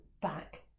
back